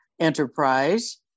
enterprise